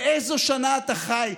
באיזו שנה אתה חי?